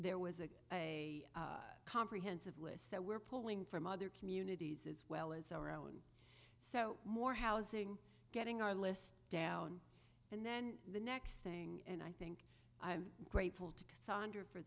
there was a a comprehensive list that we're pulling from other communities as well as our own so more housing getting our list down and then the next thing and i think i'm grateful to